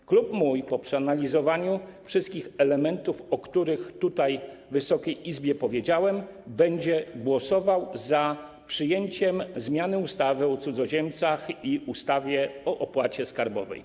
Mój klub po przeanalizowaniu wszystkich elementów, o których tutaj Wysokiej Izbie powiedziałem, będzie głosował za przyjęciem zmiany ustawy o cudzoziemcach i ustawy o opłacie skarbowej.